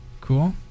cool